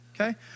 Okay